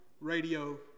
radio